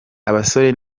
abasore